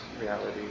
reality